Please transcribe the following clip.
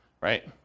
right